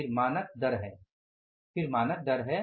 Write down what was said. फिर मानक दर है और फिर मानक लागत है